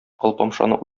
алпамшаны